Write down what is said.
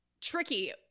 tricky